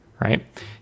right